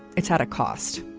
it's at a cost.